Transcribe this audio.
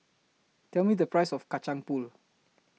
Tell Me The Price of Kacang Pool